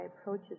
approaches